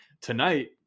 tonight